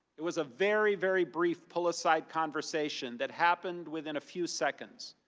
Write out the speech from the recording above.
it was a very, very brief pull aside conversation that happened within a few seconds.